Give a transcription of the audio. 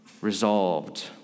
resolved